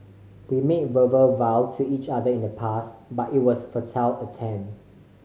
we made verbal vows to each other in the past but it was futile attempt